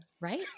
Right